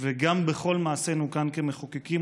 וגם בכל מעשינו כאן כמחוקקים,